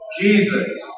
Jesus